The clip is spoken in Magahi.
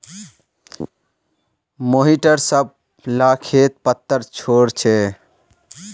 मोहिटर सब ला खेत पत्तर पोर छे